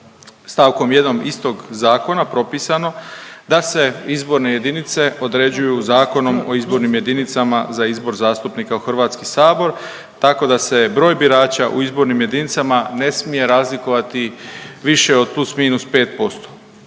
st. 1. istog zakona propisano da se izborne jedinice određuju Zakonom o izbornim jedinicama za izbor zastupnika u HS tako da se broj birača u izbornim jedinicama ne smije razlikovati više od plus, minus 5%.